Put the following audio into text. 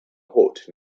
hot